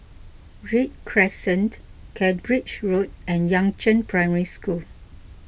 Read Crescent Cambridge Road and Yangzheng Primary School